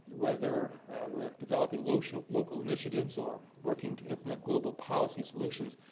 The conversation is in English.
whether we're developing local local initiatives or working to implement global policy solutions,